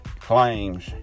claims